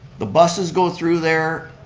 the buses go through there.